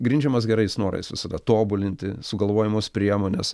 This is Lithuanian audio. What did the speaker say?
grindžiamas gerais norais visada tobulinti sugalvojamos priemonės